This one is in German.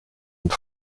und